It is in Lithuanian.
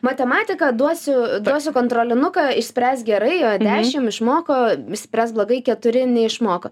matematika duosiu duosiu kontrolinuką išspręs gerai va dešim išmoko išspręs blogai keturi neišmoko